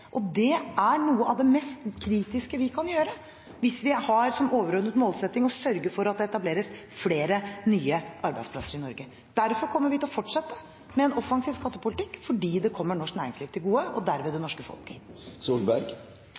Det er noe av det mest kritiske vi kan gjøre, hvis vi har som overordnet målsetting å sørge for at det etableres flere nye arbeidsplasser i Norge. Derfor kommer vi til å fortsette med en offensiv skattepolitikk, fordi det kommer norsk næringsliv til gode og derved det norske folk.